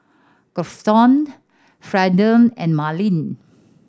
Grafton Fernand and Marlee